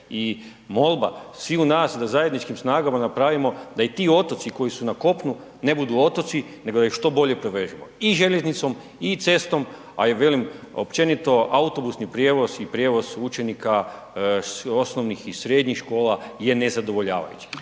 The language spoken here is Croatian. i molba sviju nas da zajedničkim snagama napravimo da i ti otoci koji su na kopnu ne budu otoci nego da ih što bolje povežemo i željeznicom i cestom, a i velim općenito autobusni prijevoz i prijevoz učenika osnovnih i srednjih škola je nezadovoljavajući,